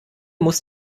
muss